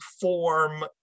form